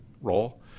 role